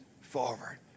forward